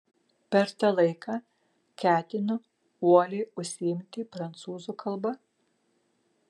per tą laiką ketinu uoliai užsiimti prancūzų kalba